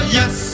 yes